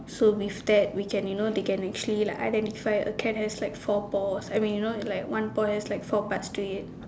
so we stared we can you know they can actually like identify a cat has like four paws I mean you know like one paw has like four parts to it